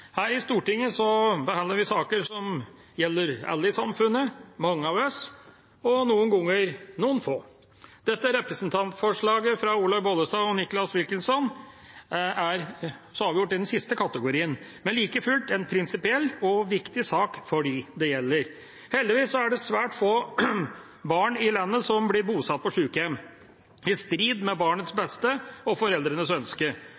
Her i Stortinget behandler vi saker som gjelder alle i samfunnet, mange av oss og noen ganger noen få. Dette representantforslaget fra Olaug V. Bollestad og Nicholas Wilkinson er så avgjort i den siste kategorien, men like fullt en prinsipiell og viktig sak for dem det gjelder. Heldigvis er det svært få barn her i landet som blir bosatt på sykehjem i strid med barnets beste og foreldrenes ønske.